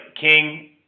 King